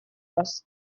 раз